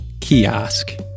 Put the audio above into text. Kiosk